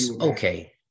Okay